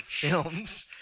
films